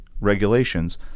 regulations